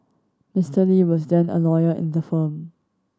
Mister Lee was then a lawyer in the firm